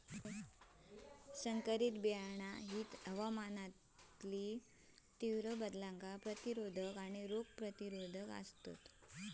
संकरित बियाणा हवामानातलो तीव्र बदलांका प्रतिरोधक आणि रोग प्रतिरोधक आसात